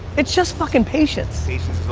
it's just fucking patience.